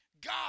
God